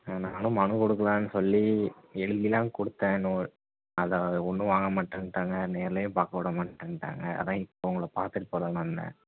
ஆ நானும் மனு கொடுக்கலானு சொல்லி எழுதியெலாம் கொடுத்தேன் நோ அதை ஒன்றும் வாங்க மாட்டேன்ட்டாங்க நேரிலையும் பார்க்க விட மாட்டேன்ட்டாங்க அதுதான் இப்போ உங்களை பார்த்துட்டு போகலானு வந்தேன்